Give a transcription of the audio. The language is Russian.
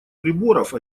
приборов